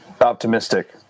optimistic